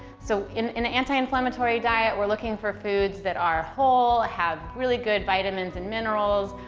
so, in in the anti-inflammatory diet, we're looking for foods that are whole, have really good vitamins and minerals,